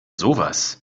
sowas